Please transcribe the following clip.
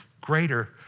greater